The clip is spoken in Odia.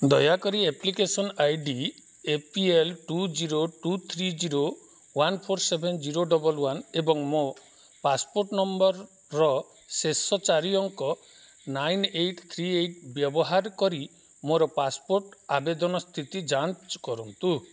ଦୟାକରି application I D A P L two zero two three zero one four seven zero double one ଏବଂ ମୋ ପାସପୋର୍ଟ ନମ୍ବରର ଶେଷ ଚାରି ଅଙ୍କ ନାଇନ୍ ଏଇଟ୍ ଥ୍ରୀ ଏଇଟ୍ ବ୍ୟବହାର କରି ମୋର ପାସପୋର୍ଟ ଆବେଦନ ସ୍ଥିତି ଯାଞ୍ଚ କରନ୍ତୁ